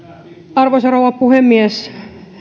arvoisa rouva puhemies